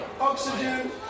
Oxygen